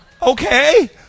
Okay